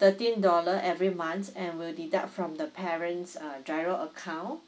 thirteen dollar every months and will deduct from the parent's uh GIRO account